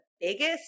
biggest